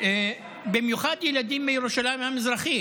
במיוחד ילדים מירושלים המזרחית.